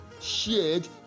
shared